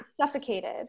suffocated